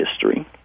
history